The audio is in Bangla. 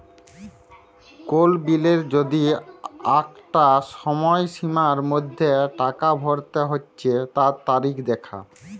কোল বিলের যদি আঁকটা সময়সীমার মধ্যে টাকা ভরতে হচ্যে তার তারিখ দ্যাখা